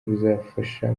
buzafasha